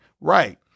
right